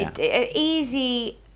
Easy